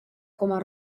coma